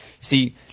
See